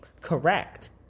Correct